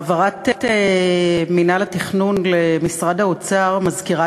העברת מינהל התכנון למשרד האוצר מזכירה